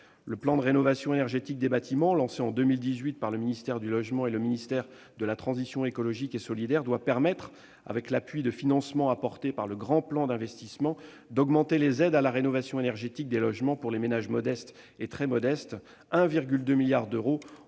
Le plan de rénovation énergétique des bâtiments, lancé en 2018 par le ministère chargé du logement et le ministère de la transition écologique et solidaire, doit permettre, avec l'appui des financements apportés par le Grand Plan d'investissement, d'augmenter les aides à la rénovation énergétique des logements pour les ménages modestes et très modestes : 1,2 milliard d'euros